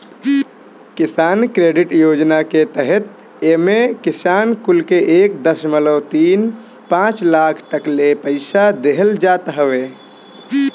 किसान क्रेडिट योजना के तहत एमे किसान कुल के एक दशमलव तीन पाँच लाख तकले पईसा देहल जात हवे